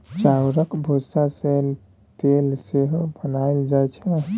चाउरक भुस्सा सँ तेल सेहो बनाएल जाइ छै